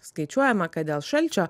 skaičiuojama kad dėl šalčio